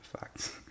Facts